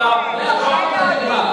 אני מבקש, את לא יכולה, מעכשיו זה נגמר.